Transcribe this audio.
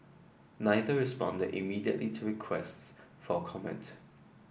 neither responded immediately to requests for comment